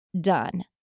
done